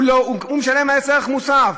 הוא משלם מס ערך מוסף,